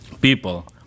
people